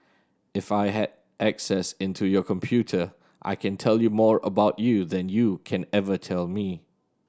if I had access into your computer I can tell you more about you than you can ever tell me